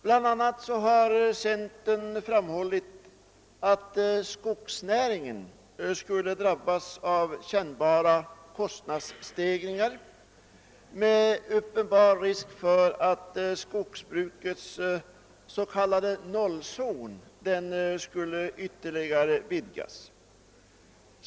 Centerpartiet har bl.a. framhållit att skogsnäringen vid ett genomförande av förslaget skulle drabbas av kännbara kostnadsstegringar med uppenbar risk för att skogsbrukets s.k. nollzon ytterligare skulle vidgas.